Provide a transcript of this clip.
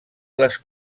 les